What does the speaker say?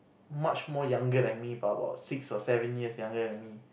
much more younger than me by about six or seven years younger than me